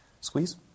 Squeeze